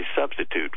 substitute